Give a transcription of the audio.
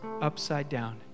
upside-down